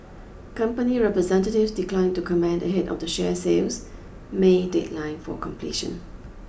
company representatives declined to comment ahead of the share sale's may deadline for completion